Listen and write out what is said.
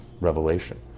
revelation